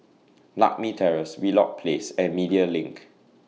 Lakme Terrace Wheelock Place and Media LINK